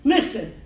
Listen